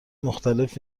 مختلف